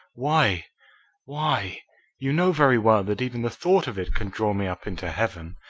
why why you know very well that even the thought of it can draw me up into heaven.